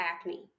acne